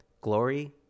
Glory